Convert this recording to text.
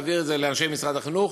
להעביר את זה לאנשי משרד החינוך.